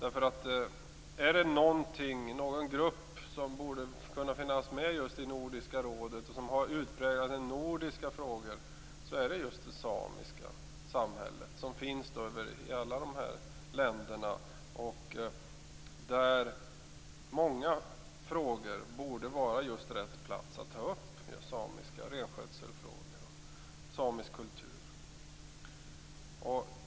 Är det någon grupp som borde finnas med just i Nordiska rådet, som har utpräglade nordiska frågor, är det just det samiska samhället, som finns i alla de här länderna. Många frågor som rör samerna borde vara lämpliga att ta upp just i Nordiska rådet. Det gäller samiskan, renskötsel och samisk kultur.